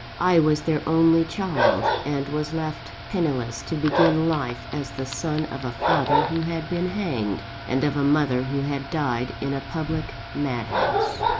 i was their only child and was left penniless to begin life as the son of a father who had been hanged, and of a mother who had died in a public madhouse.